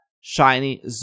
shiny